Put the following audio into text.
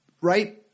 Right